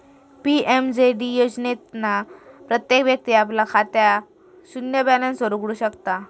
PMJD योजनेतना प्रत्येक व्यक्ती आपला खाता शून्य बॅलेंस वर उघडु शकता